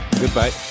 goodbye